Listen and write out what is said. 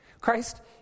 Christ